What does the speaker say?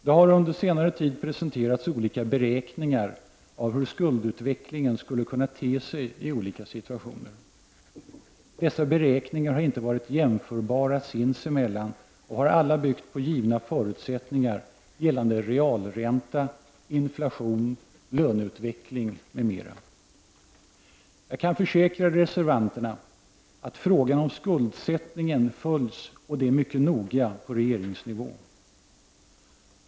Det har under senare tid presenterats olika beräkningar av hur skuldutvecklingen skulle kunna te sig i olika situationer. Dessa beräkningar har inte varit jämförbara sinsemellan och har alla byggt på givna förutsättningar gällande realränta, inflation, löneutveckling m.m. Jag kan försäkra reservanterna att frågan om skuldsättningen följs, och det mycket noga, på regeringsnivå.